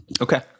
Okay